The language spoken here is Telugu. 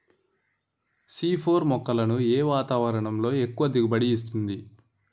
సి ఫోర్ మొక్కలను ఏ వాతావరణంలో ఎక్కువ దిగుబడి ఇస్తుంది?